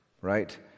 right